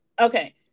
Okay